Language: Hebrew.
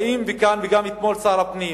באים לכאן, וגם אתמול שר הפנים,